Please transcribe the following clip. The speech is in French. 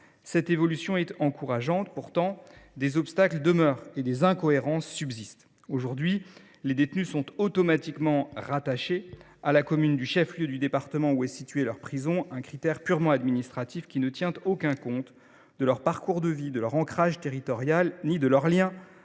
Cette évolution est encourageante. Pourtant, des obstacles demeurent et des incohérences subsistent. Aujourd’hui, les détenus sont automatiquement rattachés au chef lieu du département où est située leur prison. Or ce critère purement administratif ne tient aucun compte ni de leur parcours de vie, ni de leur ancrage territorial, ni de leur lien